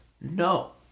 no